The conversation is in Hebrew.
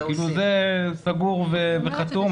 כאילו זה סגור וחתום,